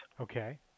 Okay